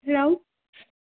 hello